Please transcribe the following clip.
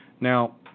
Now